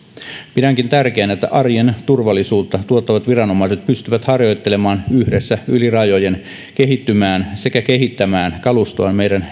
pidänkin tärkeänä että arjen turvallisuutta tuottavat viranomaiset pystyvät harjoittelemaan yhdessä yli rajojen kehittymään sekä kehittämään kalustoaan meidän